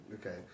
Okay